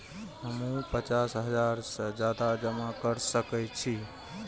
हमू पचास हजार से ज्यादा जमा कर सके छी?